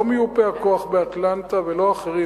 לא מיופה הכוח באטלנטה ולא אחרים,